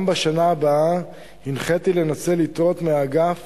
גם בשנה הבאה, הנחיתי לנצל יתרות מהאגף